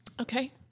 Okay